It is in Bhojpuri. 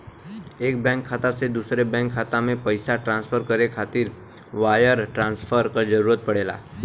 एक बैंक खाता से दूसरे बैंक खाता में पइसा ट्रांसफर करे खातिर वायर ट्रांसफर क जरूरत पड़ेला